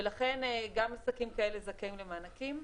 ולכן גם עסקים כאלה זכאים למענקים.